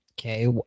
Okay